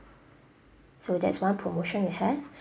so that's one promotion we have